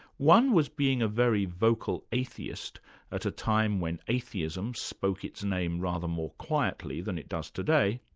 one was being a very vocal atheist at a time when atheism spoke its name rather more quietly than it does today.